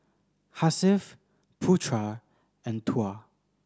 Hasif Putra and Tuah